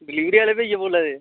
delivery आह्ले भैया बोल्ला दे